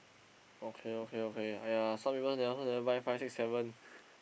okay okay okay !aiya! some people never they also never buy five six seven